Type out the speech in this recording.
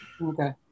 Okay